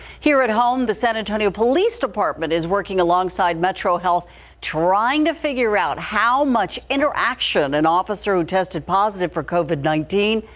here at home the san antonio police department is working alongside metro health trying to figure out how much interaction an officer who tested positive for covid nineteen.